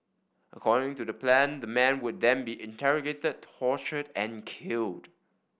according to the plan the man would then be interrogated tortured and killed